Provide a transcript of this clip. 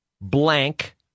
blank